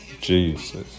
Jesus